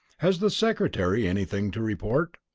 has the secretary anything to report?